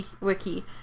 wiki